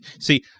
See